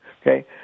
Okay